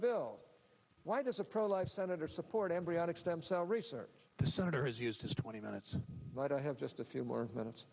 bill why does a pro life senator support embryonic stem cell research the senator has used his twenty minutes but i have just a few more minutes